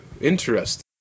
Interesting